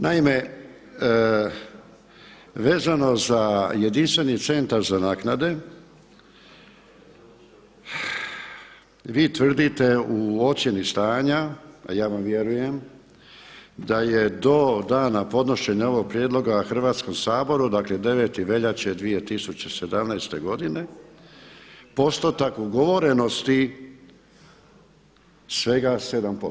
Naime, vezano za jedinstveni centar za naknade vi tvrdite u ocjeni stanja, a ja vam vjerujem da je do dana podnošenja ovog prijedloga Hrvatskom saboru, dakle 9. veljače 2017. godine postotak ugovorenosti svega 7%